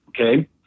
Okay